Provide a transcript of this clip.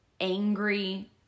angry